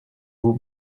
vous